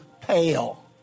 pale